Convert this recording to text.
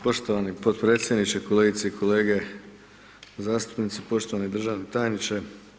Poštovani potpredsjedniče, kolegice i kolege zastupnici, poštovani državni tajniče.